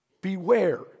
Beware